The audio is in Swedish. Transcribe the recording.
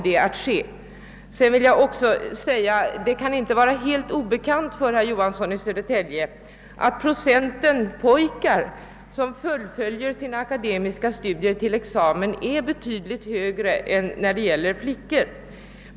Det kan inte vara helt obekant för herr Johansson i Södertälje att procenten för pojkar som fullföljer sina akademiska studier till examen är betydligt högre än för flickor.